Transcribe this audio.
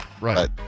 Right